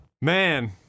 man